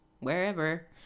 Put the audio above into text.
Wherever